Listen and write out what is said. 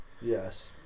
Yes